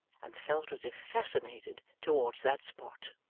and felt as if fascinated towards that spot.